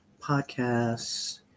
podcasts